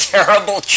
Terrible